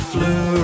Flew